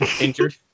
Injured